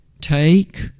take